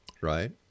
Right